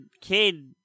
kid